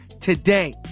today